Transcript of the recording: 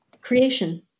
creation